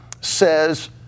says